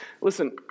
Listen